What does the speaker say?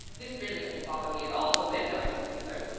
this really doesn't bother me at all when we're dining together.